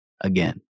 again